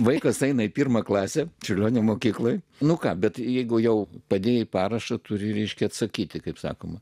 vaikas eina į pirmą klasę čiurlionio mokykloje nu ka bet jeigu jau padėjai parašą turi ryškią atsakyti kaip sakoma